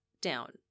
down